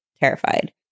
terrified